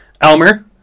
Elmer